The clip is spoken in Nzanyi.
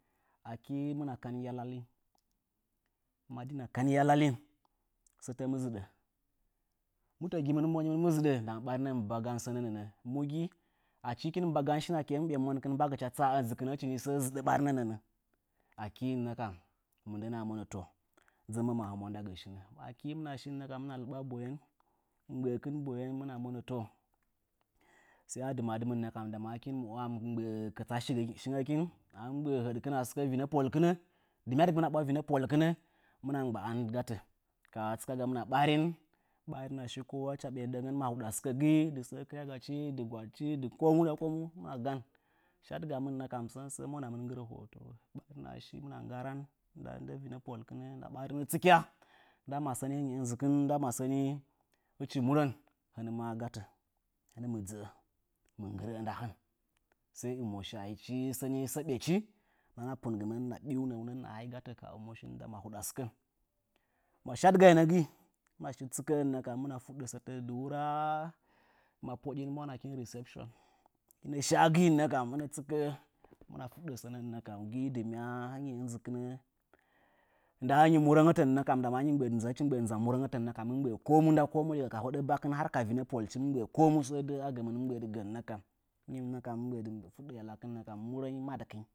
Akɨ hɨmɨna kan yalalin, madina kan yalalin. Sətə mɨ zɨɗə. mutə gi monin mɨ ziɗə? Ndama ɓarinəmɨ mba gan sənə nəə. Mu gi? Achi ɓarinə mɨ mba gan shinə mɨ ɓe mbagɨkina tsə ɨnzɨkɨna. Akɨ nə kam mɨndəna monə dzəməm a humwa nda gəgə shinə. Hɨmɨna lɨɓa boyen. Mgbəəkɨmɨn liɓa boyen hɨmina monə sai a dɨmadɨmɨn nɗama hɨkin mɨ mgbə'ə kɨtsa shingəkin. Dɨmyadɨkɨ mɨn a vinə polkɨnə hɨmɨna mgba'an gatə ka hə tsɨka gamɨna ɓarin. ɓarin shi ɓa ndangən mahuɗa sɨkə gɨi dɨ səə kɨrya gachi, dɨ gwaɗchi kamu hɨmɨna gan. Hɨmɨna shadɨsən səə mwanamɨn nggɨra fotowo. Hɨmɨna shi hɨmina ngganan nda ndɨ vinə polkɨnə, nda ɓarin, nda masəni ɨnzɨkɨnə mɨ tsɨkya, nda murənda ɨnzɨkinə, hɨn mə gatə hɨn mɨ dzəə onɨ nggɨrə fotowon achi nan səə nɨ sə ɓechi nana pungimen hunəa nahai ka ɨmoshin ndama sa imoshi nɨ sə mahuɗa sɨkən. Ma shadɨgainə gɨi hɨmina shi fuɗɗə sətə dɨ wura mapoɗi mwanakin reception. Hɨmɨna shə gɨi nə kam hɨmɨna fuɗɗə sənə. Gɨi dɨmya'a hɨnyi inzɨkɨtə nda hɨnyi murangotən nə kam ndama hɨchi mɨ mgbəə dɨ nza murəngətə ndama mɨ mgbəə ko ku nda ko mu ka hoɗə bakɨn nda vinə polchi mɨ gə səə dəə, mɨ gən nə kam. Hɨnyi nə kam ka yalakɨn murənyi madɨkɨny.